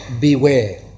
beware